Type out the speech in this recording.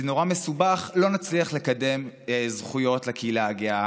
זה נורא מסובך, לא נצליח לקדם זכויות לקהילה הגאה